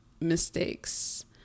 mistakes